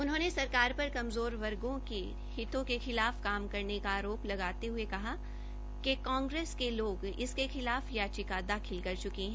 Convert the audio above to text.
उन्होंने सरकार पर कमज़ोर वर्गो के हितों के खिलाफ काम करने का आरोप लगाते हये कहा कि कांग्रेस के लोग इसके खिलाफ याचिका दाखिल कर चुके है